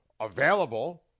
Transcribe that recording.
available